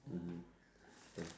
mmhmm ya